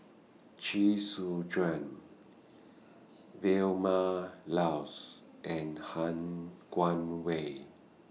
Chee Soon Juan Vilma Laus and Han Guangwei